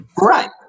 Right